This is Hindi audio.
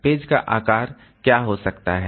पेज का आकार क्या हो सकता है